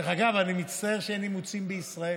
דרך אגב, אני מצטער שאין אימוצים בישראל.